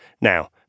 Now